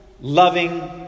loving